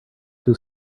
too